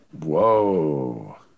Whoa